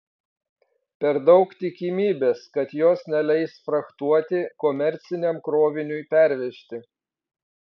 per daug tikimybės kad jos neleis frachtuoti komerciniam kroviniui pervežti